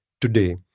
today